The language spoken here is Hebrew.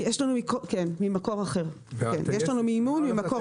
כן, יש לנו מימון ממקור